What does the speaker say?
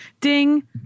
Ding